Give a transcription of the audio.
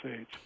age